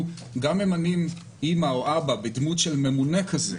גם ממנים אימא או אבא בדמות של ממונה כזה,